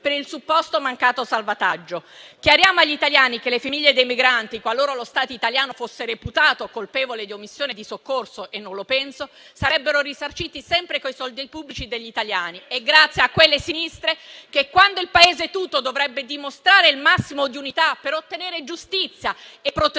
per il supposto mancato salvataggio. Chiariamo agli italiani che le famiglie dei migranti, qualora lo Stato italiano fosse reputato colpevole di omissione di soccorso (e non lo penso), sarebbero risarcite sempre coi soldi pubblici degli italiani e grazie a quelle sinistre che, quando il Paese tutto dovrebbe dimostrare il massimo di unità per ottenere giustizia e protezione